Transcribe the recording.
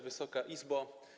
Wysoka Izbo!